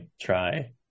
try